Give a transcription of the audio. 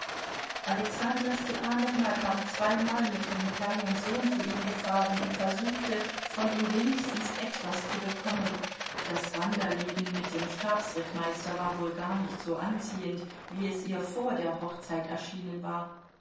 alexandra stepanowna kam zweimal mit ihrem kleinen sohn zu ihm gefahren und versuchte von ihm wenigstens etwas zu bekommen das wanderleben mit dem stabsrittmeister war wohl gar nicht so anziehend wie es ihr vor der hochzeit erschienen war